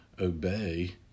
obey